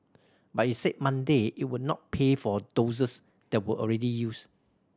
but it said Monday it would not pay for doses that were already used